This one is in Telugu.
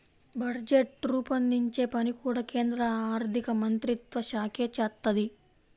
బడ్జెట్ రూపొందించే పని కూడా కేంద్ర ఆర్ధికమంత్రిత్వశాఖే చేత్తది